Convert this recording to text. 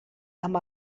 amb